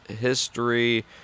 history